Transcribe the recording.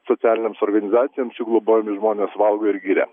socialinėms organizacijoms jų globojami žmonės valgo ir giria